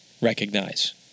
recognize